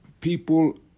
people